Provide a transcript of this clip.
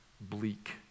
bleak